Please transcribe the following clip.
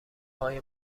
های